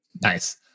Nice